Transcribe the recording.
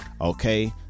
okay